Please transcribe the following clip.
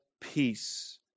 peace